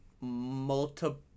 multiple